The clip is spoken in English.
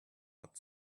but